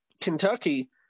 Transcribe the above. Kentucky